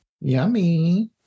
Yummy